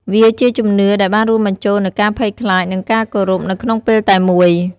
វាជាជំនឿដែលបានរួមបញ្ចូលនូវការភ័យខ្លាចនិងការគោរពនៅក្នុងពេលតែមួយ។